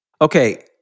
Okay